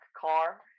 car